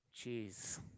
Jeez